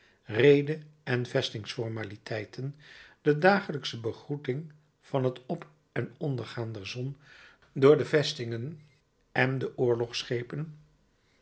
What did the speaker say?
reede en vestingsformaliteiten de dagelijksche begroeting van het op en ondergaan der zon door de vestingen en de oorlogsschepen